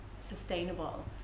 sustainable